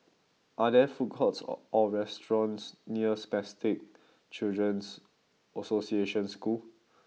are there food courts or restaurants near Spastic Children's Association School